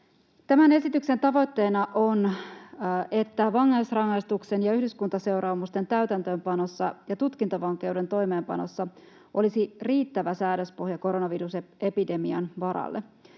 Tämän esityksen tavoitteena on, että vankeusrangaistuksen ja yhdyskuntaseuraamusten täytäntöönpanossa ja tutkintavankeuden toimeenpanossa olisi riittävä säädöspohja koronavirusepidemian varalle.